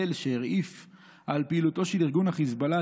שהרעיף על פעילותו של ארגון החיזבאללה,